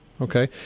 Okay